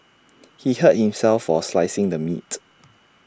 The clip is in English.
he hurt himself for slicing the meat